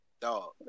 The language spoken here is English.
Dog